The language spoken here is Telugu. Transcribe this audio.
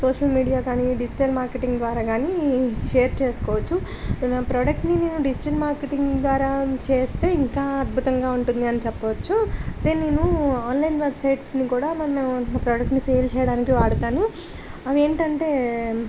సోషల్ మీడియా కానీ డిజిటల్ మార్కెటింగ్ ద్వారా కానీ షేర్ చేసుకోవచ్చు నా ప్రోడక్ట్ని నేను డిజిటల్ మార్కెటింగ్ ద్వారా చేస్తే ఇంకా అద్భుతంగా ఉంటుంది అని చెప్పొచ్చు అదే నేను ఆన్లైన్ వెబ్సైట్స్ని కూడా మన ప్రోడక్ట్ని సేల్ చెయ్యడానికి వాడతాను అవేంటంటే